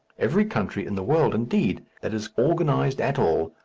every country in the world, indeed, that is organized at all,